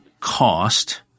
cost